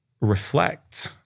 reflect